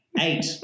Eight